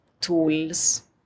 tools